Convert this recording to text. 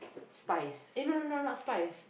spice eh no no no no not spice